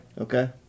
Okay